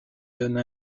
donne